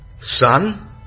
Son